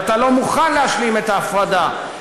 ואתה לא מוכן להשלים את ההפרדה.